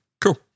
cool